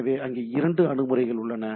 எனவே அங்கே இரண்டு அணுகுமுறைகள் உள்ளன